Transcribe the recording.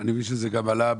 אני מבין שכבר עלה,